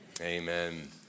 Amen